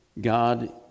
God